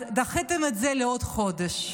אז דחיתם את זה לעוד חודש.